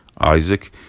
Isaac